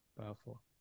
Powerful